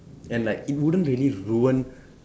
and like it wouldn't really ruin